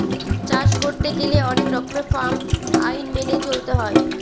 চাষ করতে গেলে অনেক রকমের ফার্ম আইন মেনে চলতে হয়